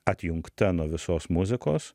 atjungta nuo visos muzikos